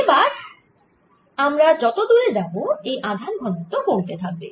এবার আমরা যত দূরে যাবো এই আধান ঘনত্ব কমতে থাকবে